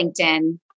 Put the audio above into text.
LinkedIn